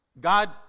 God